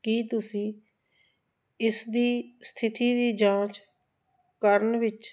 ਕੀ ਤੁਸੀਂ ਇਸ ਦੀ ਸਥਿਤੀ ਦੀ ਜਾਂਚ ਕਰਨ ਵਿੱਚ